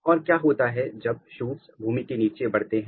और क्या होता है जब सूट्स भूमि के नीचे बढ़ते हैं